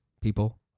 people